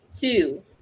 two